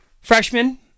freshman